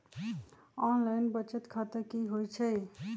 Online बचत खाता की होई छई?